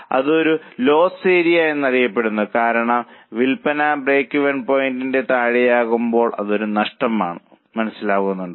ഇത് ഒരു loss area എന്നറിയപ്പെടുന്നു കാരണം വിൽപ്പന ബ്രേക്ക്വെൻ പോയിന്റിന് താഴെയാകുമ്പോൾ അത് ഒരു നഷ്ടമാണ് മനസ്സിലാകുന്നുണ്ടോ